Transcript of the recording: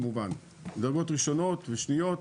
דרגות ראשונות ושניות.